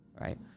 right